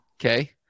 Okay